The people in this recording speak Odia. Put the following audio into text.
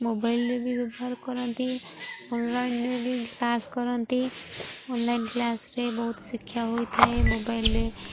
ମୋବାଇଲ୍ରେ ବି ବ୍ୟବହାର କରନ୍ତି ଅନଲାଇନ୍ରେ ବି କ୍ଲାସ୍ କରନ୍ତି ଅନଲାଇନ୍ କ୍ଲାସ୍ରେ ବହୁତ ଶିକ୍ଷା ହୋଇଥାଏ ମୋବାଇଲ୍ରେ